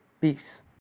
Peace